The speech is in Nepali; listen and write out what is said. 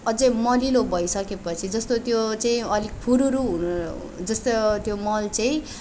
अझै मलिलो भइसकेपछि जस्तो त्यो चाहिँ अलिक फुरुरू जस्तै त्यो मल चाहिँ